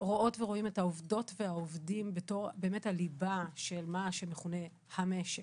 רואות ורואים את העובדות ואת העובדים בתור הליבה של מה שמכונה "המשק".